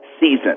season